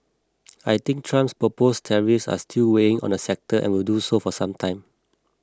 I think Trump's proposed tariffs are still weighing on the sector and will do so for some time